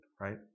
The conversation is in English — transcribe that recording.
right